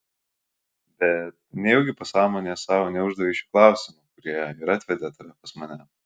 bet nejaugi pasąmonėje sau neuždavei šių klausimų kurie ir atvedė tave pas mane